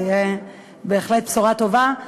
זו תהיה בהחלט בשורה טובה.